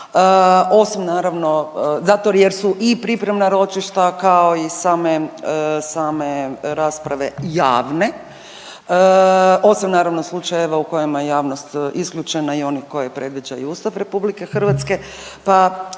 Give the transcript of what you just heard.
osim naravno zato jer su i pripremna ročišta kao i same, same rasprave javne osim naravno slučajeva u kojima je javnost isključena i one koje predviđa i Ustav RH, pa